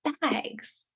bags